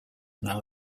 now